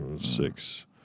six